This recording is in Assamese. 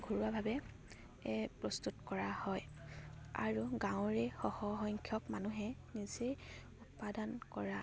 ঘৰুৱাভাৱে প্ৰস্তুত কৰা হয় আৰু গাঁৱৰে সহসংখ্যক মানুহে নিজেই উৎপাদন কৰা